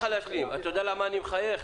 יודע למה אני מחייך?